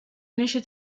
unisce